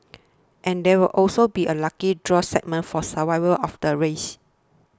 and there will also be a lucky draw segment for survivors of the race